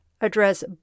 address